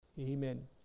Amen